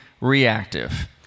reactive